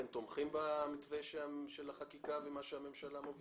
אתם תומכים במתווה של החקיקה ומה שהממשלה מובילה?